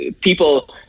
people